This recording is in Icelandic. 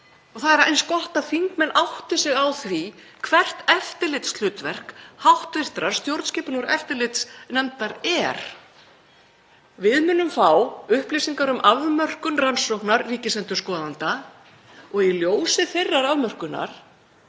og það er eins gott að þingmenn átti sig á því hvert eftirlitshlutverk hv. stjórnskipunar- og eftirlitsnefndar er. Við munum fá upplýsingar um afmörkun rannsóknar Ríkisendurskoðanda og í ljósi þeirrar afmörkunar